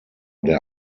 der